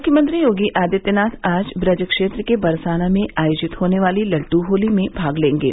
मुख्यमंत्री योगी आदित्यनाथ आज ब्रज क्षेत्र के बरसाना में आयोजित होने वाली लड्ड होली में भाग लेंगे